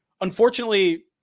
unfortunately